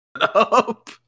up